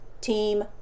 team